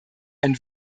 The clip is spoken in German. ein